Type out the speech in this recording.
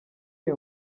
iyo